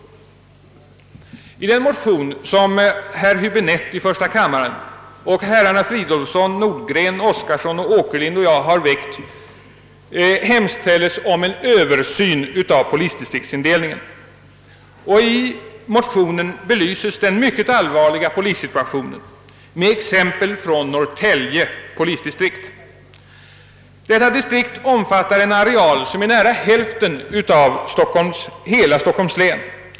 I den motion som undertecknats av herr Höbinette i första kammaren och av herrar Fridolfsson i Stockholm, Nordgren, Oskarson, Åkerlind och mig i andra kammaren hemställes om en översyn av polisdistriktsindelningen. I motionen belyses den mycket allvarliga polissituationen med exempel från Norrtälje polisdistrikt. Detta distrikt omfattar en areal som är nära hälften så stor som hela Stockholms läns.